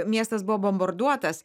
miestas buvo bombarduotas